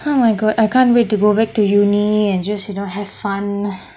!huh! my god I can't wait to go back to university and just you know have fun